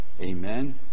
amen